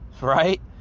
right